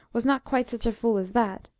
was not quite such a fool as that.